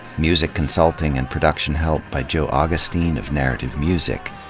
music consulting and production help by joe augustine of narrative music.